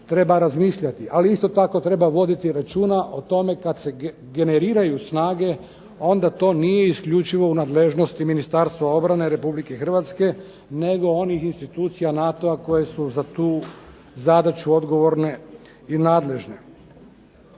treba razmišljati. Ali isto tako treba voditi računa o tome kada se generiraju snage, onda to nije isključivo u nadležnosti Ministarstva obrane Republike Hrvatske, nego onih institucija NATO-a koje su za tu zadaću odgovorne i nadležne.